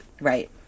Right